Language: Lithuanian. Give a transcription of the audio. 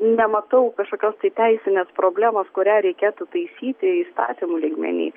nematau kažkokios tai teisinės problemos kurią reikėtų taisyti įstatymų lygmeny